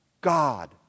God